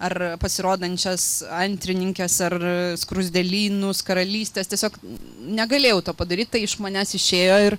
ar pasirodančias antrininkes ar skruzdėlynus karalystes tiesiog negalėjau to padaryt tai iš manęs išėjo ir